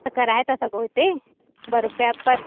ऐं कराइ था सघो हिते ॿ रूपिया पर